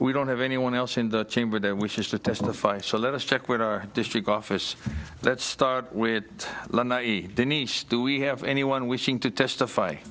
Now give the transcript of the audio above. we don't have anyone else in the chamber there which is to testify so let us check with our district office let's start with denise do we have anyone wishing to testify